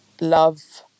love